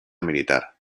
militar